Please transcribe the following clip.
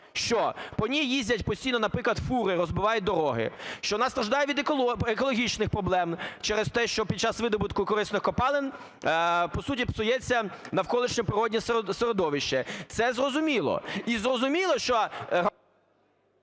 що по ній їздять постійно, наприклад, фури, розбивають дороги. Що вона страждає від екологічних проблем через те, що під час видобутку корисних копалин, по суті, псується навколишнє природне середовище. Це зрозуміло і зрозуміло, що…